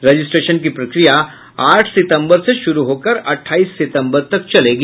registration की प्रक्रिया आठ सितंबर से शुरू होकर अट्ठाईस सितंबर तक चलेगी